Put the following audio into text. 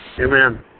Amen